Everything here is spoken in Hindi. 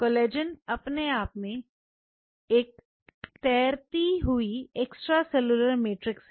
कोलेजन अपने आप में एक तैरती हुई एक्स्ट्रा सेलुलर मैट्रिक्स है